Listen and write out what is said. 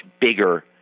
bigger